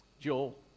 Joel